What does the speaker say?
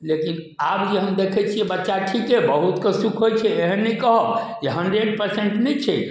लेकिन आब जे हम देखै छियै बच्चा ठीके बहुतके सुख होइ छै एहन नहि कहब जे हंड्रेड पर्सेंट नहि छै